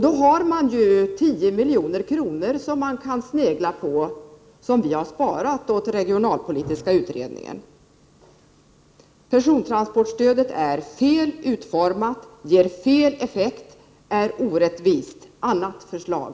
Vi har ju sparat 10 milj.kr. åt den regionalpolitiska utredningen som den kan snegla på. Persontransportstödet är fel utformat, ger fel effekt och är orättvist. Kom med ett annat förslag!